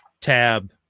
tab